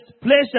pleasure